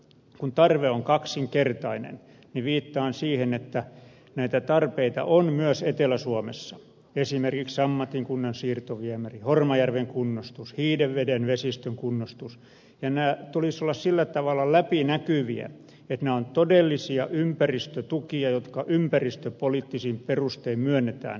kun tarve on kaksinkertainen niin viittaan siihen että näitä tarpeita on myös etelä suomessa esimerkiksi sammatin kunnan siirtoviemäri hormajärven kunnostus hiidenveden vesistön kunnostus ja näiden tulisi olla sillä tavalla läpinäkyviä että ne ovat todellisia ympäristötukia jotka ympäristöpoliittisin perustein myönnetään